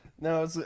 No